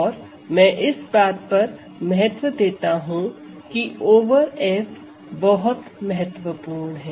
और मैं इस बात पर महत्व देता हूं कि ओवर F बहुत महत्वपूर्ण है